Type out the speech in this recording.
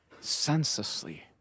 senselessly